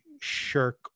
shirk